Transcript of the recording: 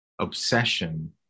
obsession